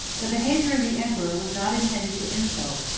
the behavior of the emperor was not intended to insult,